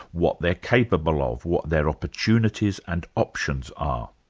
what they're capable of, what their opportunities and options are.